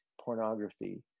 pornography